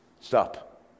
stop